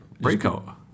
Breakout